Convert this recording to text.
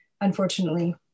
unfortunately